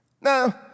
Now